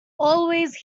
always